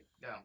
go